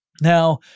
Now